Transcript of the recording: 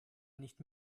nicht